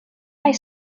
high